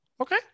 Okay